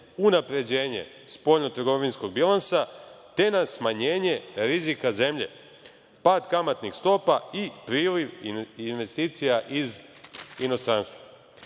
unapređenje spoljno-trgovinskog bilansa, te na smanjenje rizika zemlje, pad kamatnih stopa i priliv investicija iz inostranstva."Što